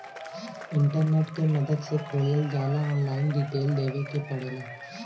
internet के मदद से खोलल जाला ऑनलाइन डिटेल देवे क पड़ेला